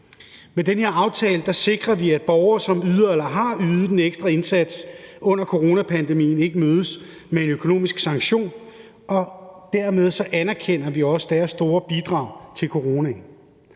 Med den her aftale sikrer vi, at borgere, som yder eller har ydet en ekstra indsats under coronapandemien, ikke mødes med en økonomisk sanktion, og dermed anerkender vi også deres store bidrag i relation